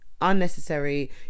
unnecessary